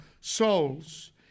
souls